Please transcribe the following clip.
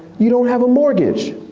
you don't have a mortgage.